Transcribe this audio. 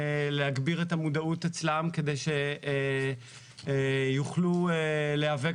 להגביר את המודעות אצלם כדי שיוכלו להיאבק